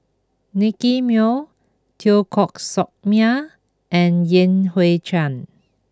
Nicky Moey Teo Koh Sock Miang and Yan Hui Chang